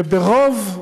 וברוב,